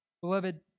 Beloved